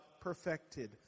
perfected